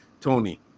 Tony